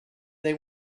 they